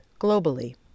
globally